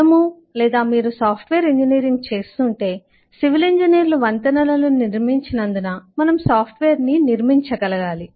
మనము మీరు software engineering చేస్తుంటే సివిల్ ఇంజనీర్లు వంతెనలను నిర్మించినందున మనము సాఫ్ట్వేర్ను నిర్మించగలగాలి